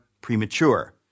premature